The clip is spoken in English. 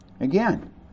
again